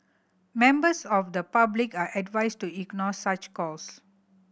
members of the public are advised to ignore such calls